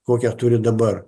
kokią turi dabar